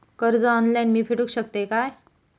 कर्ज ऑनलाइन मी फेडूक शकतय काय?